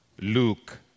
Luke